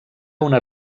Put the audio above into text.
una